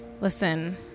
listen